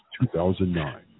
2009